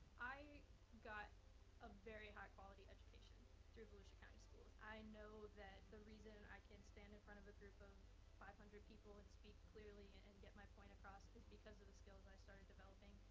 i got a very high quality education through volusia county schools. i know that the reason i can stand in front of a group of five hundred people and speak clearly and and get my point across is because of my skills i started developing.